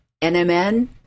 NMN